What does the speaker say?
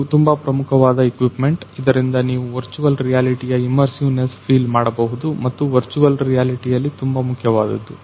ಇದು ತುಂಬಾ ಪ್ರಮುಖವಾದ ಇಕ್ವಿಪ್ಮೆಂಟ್ ಇದರಿಂದ ನೀವು ವರ್ಚುವಲ್ ರಿಯಾಲಿಟಿಯ ಇಮರ್ಸಿವ್ ನೆಸ್ ಫೀಲ್ ಮಾಡಬಹುದು ಮತ್ತದು ವರ್ಚುವಲ್ ರಿಯಾಲಿಟಿಯಲ್ಲಿ ತುಂಬಾ ಮುಖ್ಯವಾದದ್ದು